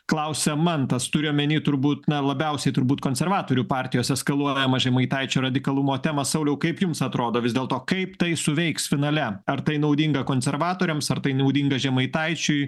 klausia mantas turiu omeny turbūt labiausiai turbūt konservatorių partijos eskaluojamą žemaitaičio radikalumo temą sauliau kaip jums atrodo vis dėlto kaip tai suveiks finale ar tai naudinga konservatoriams ar tai naudinga žemaitaičiui